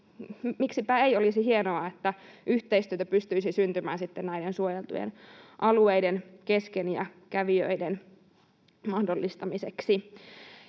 miksipä ei — olisi hienoa, että yhteistyötä pystyisi syntymään näiden suojeltujen alueiden kesken ja kävijöiden mahdollistamiseksi.